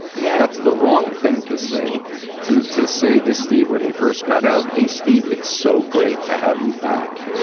yeah. that's the wrong thing to say to to say to steve when he first got out. hey, steve, it's so great to have you back.